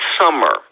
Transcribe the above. summer